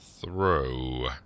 Throw